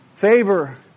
favor